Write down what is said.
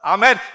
Amen